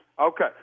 Okay